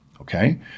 Okay